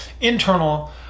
internal